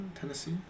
Tennessee